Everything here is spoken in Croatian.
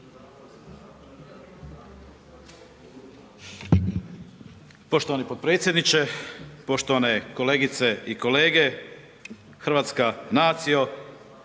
Hrvatska nema